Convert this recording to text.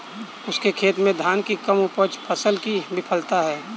उसके खेत में धान की कम उपज फसल की विफलता है